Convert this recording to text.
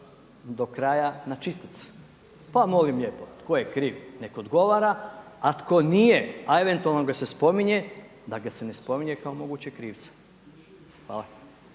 do kraja na čistac. Pa molim lijepo tko je kriv neka odgovara a tko nije a eventualno ga se spominje, da ga se ne spominje kao mogućega krivca. Hvala.